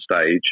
stage